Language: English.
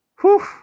Whew